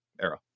era